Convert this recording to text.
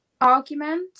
argument